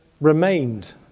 remained